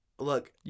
Look